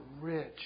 rich